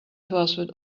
pursuit